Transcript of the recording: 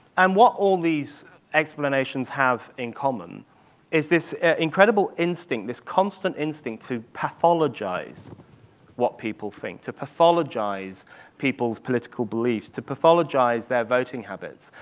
and what all these explanations have in common is this incredible instinct, this constant instinct, to pathologize what people think, to pathologize people's political beliefs, to pathologize their voting habits.